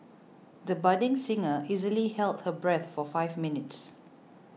the budding singer easily held her breath for five minutes